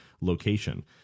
location